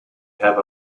have